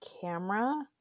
camera